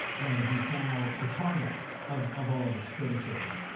and he's now the target of, of all of this criticism.